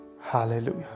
Hallelujah